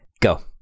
go